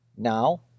Now